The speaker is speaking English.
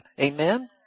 Amen